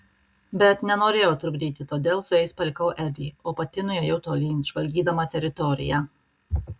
bet nenorėjau trukdyti todėl su jais palikau edį o pati nuėjau tolyn žvalgydama teritoriją